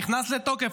נכנס לתוקף,